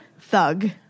Thug